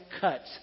cuts